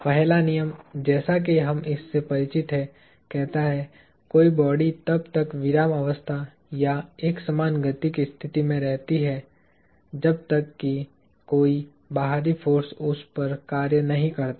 पहला नियम जैसा कि हम इससे परिचित हैं कहता है कोई बॉडी तब तक विरामावस्था या एकसमान गति की स्थिति में रहती है जब तक कि कोई बाहरी फोर्स उस पर कार्य नहीं करता